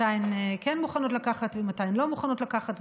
מתי הן כן מוכנות לקחת ומתי הן לא מוכנות לקחת.